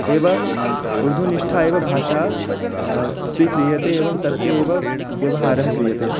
एव उर्दुनिष्ठा एव भाषा स्वीक्रियते एवं तस्य एव व्यवहारः क्रियते